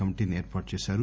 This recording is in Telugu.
కమిటీనీ ఏర్పాటు చేశారు